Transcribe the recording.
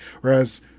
Whereas